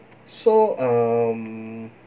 so um